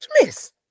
Miss